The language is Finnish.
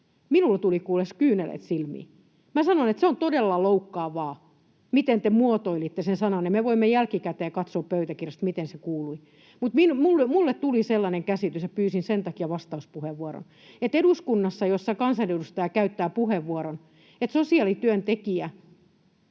Minulle tuli, kuules, kyyneleet silmiin. Minä sanon, että se on todella loukkaavaa, miten te muotoilitte sananne — me voimme jälkikäteen katsoa pöytäkirjasta, miten se kuului. Mutta kun minulle tuli sellainen käsitys ja pyysin sen takia vastauspuheenvuoron, että eduskunnassa, jossa kansanedustajana käytitte puheenvuoron, jossa arvioitte